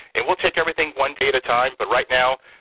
and we'll take everything one day at a time. but right now,